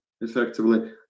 effectively